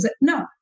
No